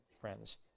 friends